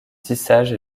tissage